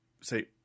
say